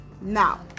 Now